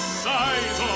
size